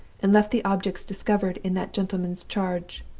and left the objects discovered in that gentleman's charge.